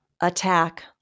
Attack